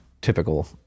typical